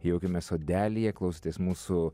jaukiame sodelyje klausotės mūsų